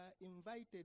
invited